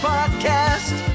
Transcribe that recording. Podcast